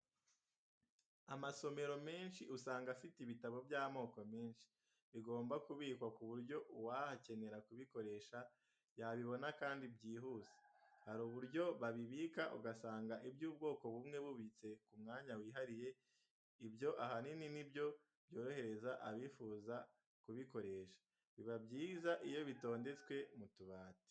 Amasomero menshi usanga afite ibitabo by'amoko menshi, bigomba kubikwa ku buryo uwakenera kubikoresha yabibona kandi byihuse. Hari uburyo babibika ugasanga iby'ubwoko bumwe bibitse mu mwanya wihariye. Ibyo ahanini ni byo byorohereza abifuza kubikoresha. Biba byiza iyo bitondetswe mu tubati.